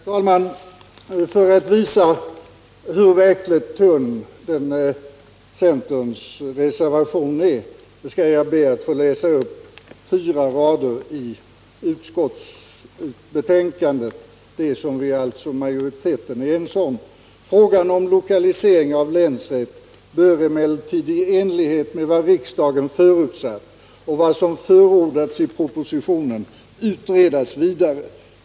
Herr talman! För att visa hur verkligt tunt centerns reservationsyrkande är skall jag be att få citera följande rader ur utskottsmajoritetens skrivning: ”Frågan om lokalisering av länsrätt bör emellertid i enlighet med vad riksdagen förutsatt och vad som förordas i propositionen utredas vidare.